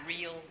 real